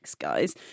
guys